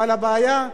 אבל הבעיה היא